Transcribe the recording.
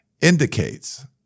indicates